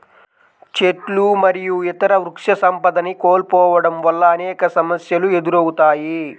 చెట్లు మరియు ఇతర వృక్షసంపదని కోల్పోవడం వల్ల అనేక సమస్యలు ఎదురవుతాయి